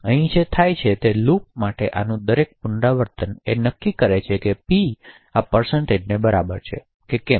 તેથી અહીં જે થાય છે તે છે કે લૂપ માટે આનું દરેક પુનરાવર્તન એ નક્કી કરે છે કે પી આ ની બરાબર છે કે કેમ